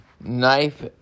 Knife